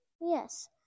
Yes